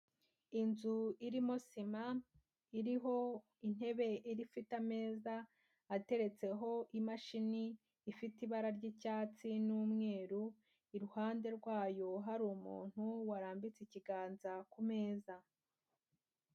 Inzu irimo sima iriho intebe ifite ameza ateretseho imashini ifite ibara ry'icyatsi n'umweru, iruhande rwayo hari umuntu warambitse ikiganza ku meza.